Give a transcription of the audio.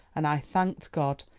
and i thanked god,